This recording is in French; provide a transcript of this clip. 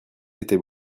était